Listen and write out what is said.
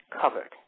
covered